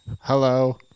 Hello